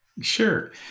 Sure